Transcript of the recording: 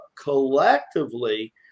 collectively